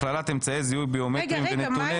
הכללת אמצעי זיהוי ביומטריים ונתוני